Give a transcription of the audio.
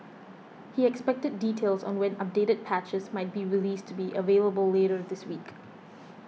he expected details on when updated patches might be released to be available later this week